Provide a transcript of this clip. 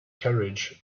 carriage